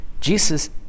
Jesus